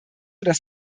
dass